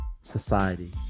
society